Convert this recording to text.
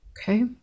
Okay